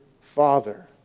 Father